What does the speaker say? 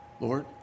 Lord